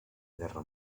guerra